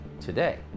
today